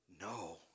no